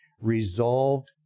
resolved